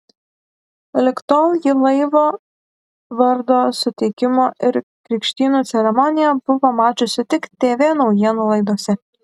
lig tol ji laivo vardo suteikimo ir krikštynų ceremoniją buvo mačiusi tik tv naujienų laidose